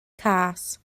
cas